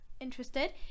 interested